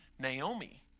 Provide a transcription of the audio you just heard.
Naomi